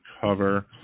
cover